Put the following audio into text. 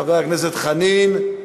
חבר הכנסת חנין,